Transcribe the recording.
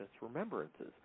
remembrances